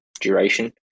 duration